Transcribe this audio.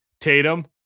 Tatum